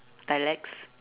dialects